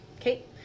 okay